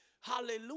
Hallelujah